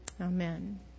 Amen